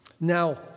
Now